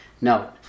Note